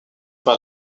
par